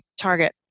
target